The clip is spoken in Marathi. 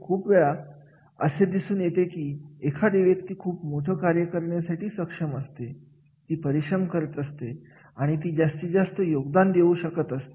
खूप वेळा असे दिसून येते की एखादी व्यक्ती खूप मोठं कार्य करण्यासाठी सक्षम असते ती परिश्रम करीत असते आणि ती जास्तीत जास्त योगदान देऊ शकत असते